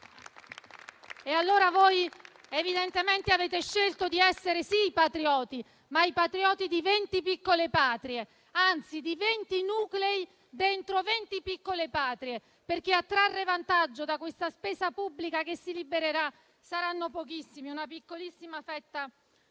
Allora voi evidentemente avete scelto di essere, sì, patrioti, ma di 20 piccole patrie, anzi di 20 nuclei dentro 20 piccole patrie, perché a trarre vantaggio da questa spesa pubblica che si libererà saranno pochissimi, una piccolissima fetta